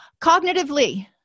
Cognitively